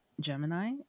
gemini